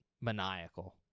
maniacal